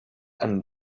and